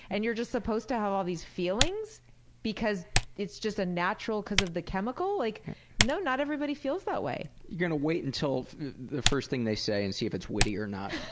and you're just supposed to have all these feelings because it's just natural because of the chemical? it's like no, not everybody feels that way. you're gonna wait until the first thing they say and see if it's witty or not.